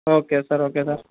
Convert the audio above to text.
okay sir okay sir